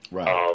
Right